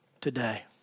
today